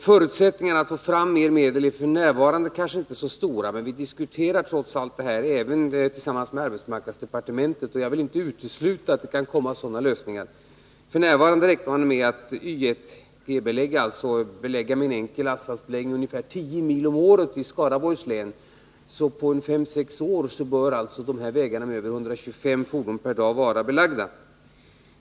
Förutsättningarna att få fram mer medel är f. n. kanske inte så stora, men vi diskuterar trots allt den här frågan, även tillsammans med arbetsmarknadsdepartementet, och jag vill inte utesluta att sådana lösningar kan komma. F. n. räknar man med att Y1G-belägga — alltså förse med en enkel asfaltsbeläggning — ungefär tio mil om året i Skaraborgs län. På fem sex år bör vägarna med över 125 fordon per dag vara belagda.